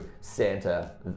Santa